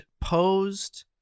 posed